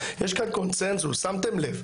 למשטרה, יש כאן קונצנזוס, שמתם לב,